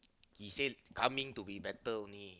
he say coming to be better only